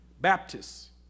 Baptists